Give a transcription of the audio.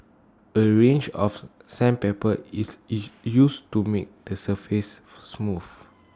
A range of sandpaper is used to make the surface smooth